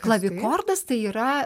klavikordas tai yra